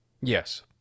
yes